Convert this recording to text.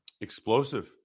explosive